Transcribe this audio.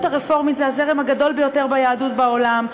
הרפורמית היא הזרם הגדול ביותר ביהדות בעולם,